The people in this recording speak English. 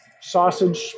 sausage